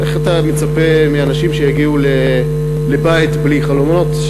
איך אתה מצפה מאנשים שיגיעו לבית בלי חלונות,